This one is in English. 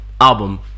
album